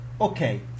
Okay